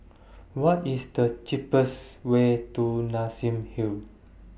What IS The cheapest Way to Nassim Hill